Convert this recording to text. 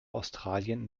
australien